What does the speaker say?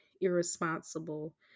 irresponsible